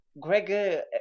Gregor